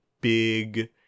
big